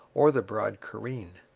or the broad careen.